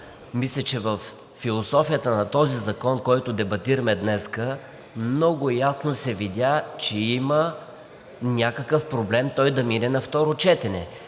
Мисля, че във философията на този закон, който дебатираме днес, много ясно се видя, че има някакъв проблем той да мине на второ четене.